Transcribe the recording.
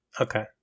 Okay